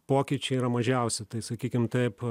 pokyčiai yra mažiausi tai sakykim taip